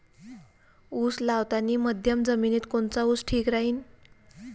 उस लावतानी मध्यम जमिनीत कोनचा ऊस ठीक राहीन?